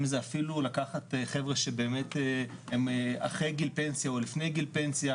אם זה אפילו לקחת חבר'ה שהם אחרי גיל פנסיה או לפני גיל פנסיה